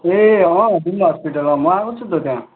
ए अँ जाउँ न हस्पिटल म आएको छु त त्यहाँ